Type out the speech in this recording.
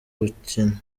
gukina